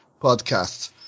podcast